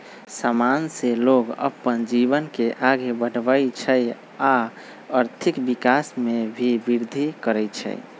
समान से लोग अप्पन जीवन के आगे बढ़वई छई आ आर्थिक विकास में भी विर्धि करई छई